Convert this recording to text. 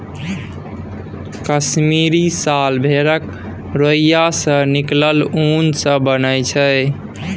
कश्मीरी साल भेड़क रोइयाँ सँ निकलल उन सँ बनय छै